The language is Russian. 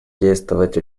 действовать